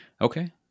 Okay